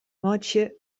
meitsje